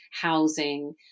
housing